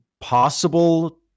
possible